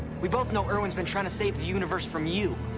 we both know irwin's been trying to save the universe from you.